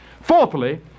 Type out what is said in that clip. fourthly